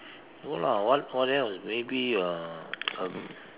no lah what what else maybe a a